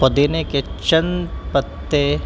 پودینے کے چند پتے